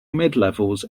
midlevels